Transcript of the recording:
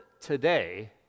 today